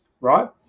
right